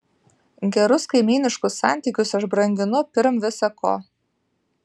gerus kaimyniškus santykius aš branginu pirm visa ko